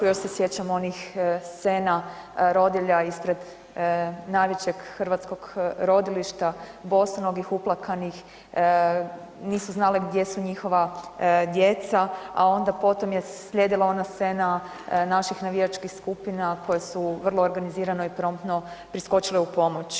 Još se sjećam onih scena rodilja ispred najvećeg hrvatskog rodilišta, bosonogih, uplakanih, nisu znale gdje su njihova djeca, a onda potom je slijedila ona scena naših navijačkih skupina koje su vrlo organizirano i promptno priskočile u pomoć.